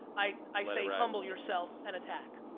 i i say humble yourself and attack.